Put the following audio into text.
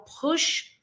push